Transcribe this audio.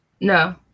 No